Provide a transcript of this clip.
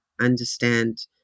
understand